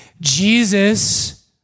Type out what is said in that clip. Jesus